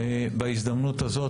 בהזדמנות הזאת,